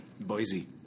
Boise